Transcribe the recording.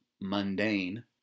mundane